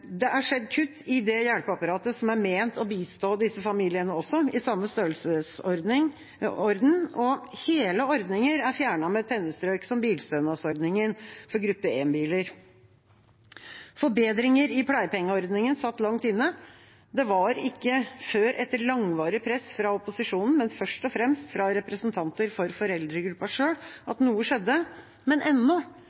skjedd kutt i det hjelpeapparatet som er ment å bistå disse familiene, i samme størrelsesorden, og hele ordninger er fjernet med et pennestrøk, som bilstønadsordningen for gruppe 1-biler. Forbedringer i pleiepengeordningen satt langt inne. Det var ikke før etter langvarig press fra opposisjonen, men først og fremst fra representanter for